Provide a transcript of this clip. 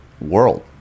world